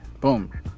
boom